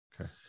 Okay